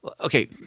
Okay